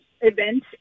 event